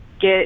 get